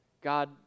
God